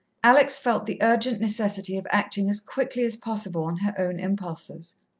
alex felt the urgent necessity of acting as quickly as possible on her own impulses.